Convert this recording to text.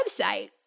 website